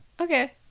Okay